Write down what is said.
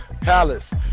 Palace